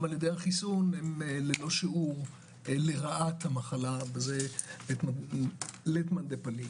על-ידי החיסון הם ללא שיעור לרעת המחלה וזה לית מאן דלפיג.